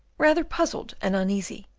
rather puzzled and uneasy,